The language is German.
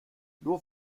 nur